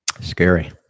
scary